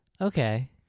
okay